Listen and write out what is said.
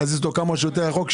להזיז אותו כמה שיותר רחוק,